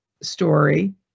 story